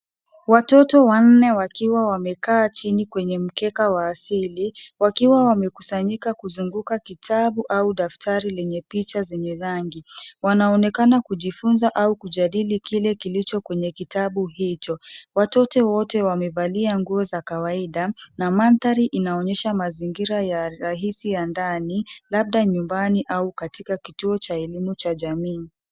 Watoto wanne wakiwa wamekaa chini kwenye mkeka wa asili wakiwa wamekusanyika kuzunguka kitabu au daftari lenye picha zenye rangi. Wanaonekana kujifunza au kujadili kile kilicho kwenye kitabu hicho. Watoto wote wamevalia nguo za kawaida na mandhari inaonyesha mazingira ya rahisi ya ndani labda nyumbani au katika kituo cha elimu cha jamii.